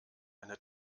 eine